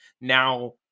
now